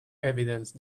evidence